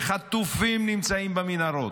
חטופים נמצאים במנהרות,